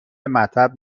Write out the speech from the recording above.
مطب